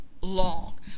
long